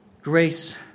grace